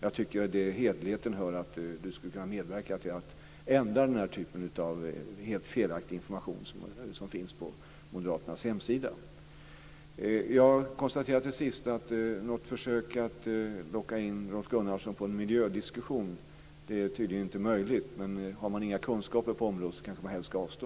Jag tycker att det hör till hederligheten att han skulle kunna medverka till att ändra den typen av helt felaktig information som finns på Moderaternas hemsida. Jag konstaterar till sist att det tydligen inte är möjligt att locka in Rolf Gunnarsson på en miljödiskussion. Men har man inga kunskaper på området kanske man hellre ska avstå.